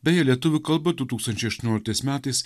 beje lietuvių kalba du tūkstančiai aštuonioliktais metais